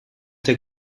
der